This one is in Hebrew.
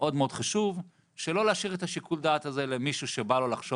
שחשוב מאוד מאוד לא להשאיר את שיקול הדעת הזה למישהו שבא לו לחשוב